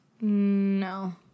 no